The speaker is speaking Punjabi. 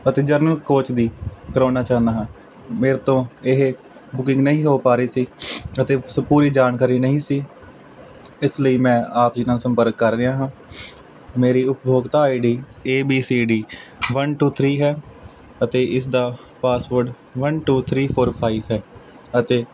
ਅਤੇ ਜਨਰਲ ਕੋਚ ਦੀ ਕਰਾਉਣਾ ਚਾਹੁੰਦਾ ਹਾਂ ਮੇਰੇ ਤੋਂ ਇਹ ਬੁਕਿੰਗ ਨਹੀਂ ਹੋ ਪਾ ਰਹੀ ਸੀ ਅਤੇ ਪੂਰੀ ਜਾਣਕਾਰੀ ਨਹੀਂ ਸੀ ਇਸ ਲਈ ਮੈਂ ਆਪ ਜੀ ਨਾਲ ਸੰਪਰਕ ਕਰ ਰਿਹਾ ਹਾਂ ਮੇਰੀ ਉਪਭੋਗਤਾ I D A B C D one two three ਹੈ ਅਤੇ ਇਸਦਾ passport one two three four five ਹੈ ਅਤੇ